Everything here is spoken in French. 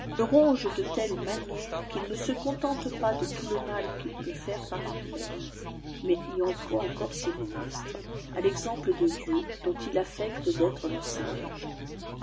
de telle manière qu'il ne se contente pas de tout le mal qu'il peut faire par lui-même mais y emploie encore ses ministres à l'exemple dé dieu dont il aftecte d'être le singe